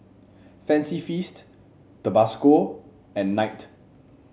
Fancy Feast Tabasco and Knight